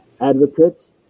advocates